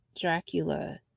Dracula